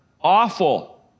awful